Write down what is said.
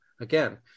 again